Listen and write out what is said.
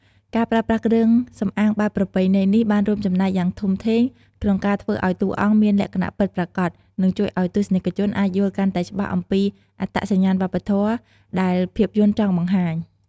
ការប្រើប្រាស់គ្រឿងសំអាងបែបប្រពៃណីនេះបានរួមចំណែកយ៉ាងធំធេងក្នុងការធ្វើឱ្យតួអង្គមានលក្ខណៈពិតប្រាកដ និងជួយឱ្យទស្សនិកជនអាចយល់កាន់តែច្បាស់អំពីអត្តសញ្ញាណវប្បធម៌ដែលភាពយន្តចង់បង្ហាញ។